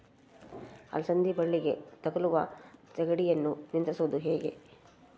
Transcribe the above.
ಅಲಸಂದಿ ಬಳ್ಳಿಗೆ ತಗುಲುವ ಸೇಗಡಿ ಯನ್ನು ನಿಯಂತ್ರಿಸುವುದು ಹೇಗೆ?